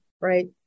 right